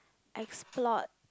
explore